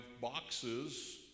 boxes